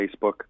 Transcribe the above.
Facebook